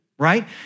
right